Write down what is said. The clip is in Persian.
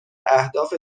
اهداف